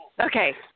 Okay